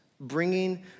bringing